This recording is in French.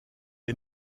est